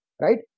right